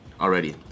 already